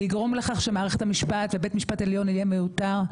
ויגרום לכך שמערכת המשפט ובית המשפט העליון יהיה מיותר,